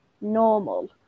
normal